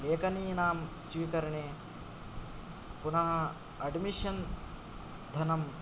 लेखनीनां स्वीकरणे पुनः अड्मिशन् धनम्